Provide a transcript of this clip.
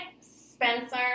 Spencer